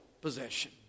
possession